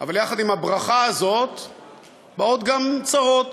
אבל יחד עם הברכה הזאת באות גם צרות,